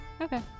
Okay